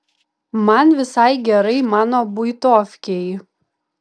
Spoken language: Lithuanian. man visai gerai mano buitovkėj